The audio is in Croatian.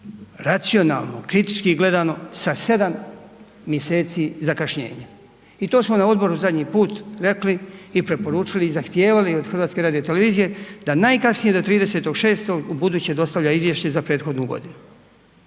racionalno, kritički gledano, sa 7 mjeseci zakašnjenja, i to smo na odboru zadnji put rekli i preporučili i zahtijevali od HRT-a d najkasnije do 30. 6. ubuduće dostavlja izvješće za prethodnu godinu.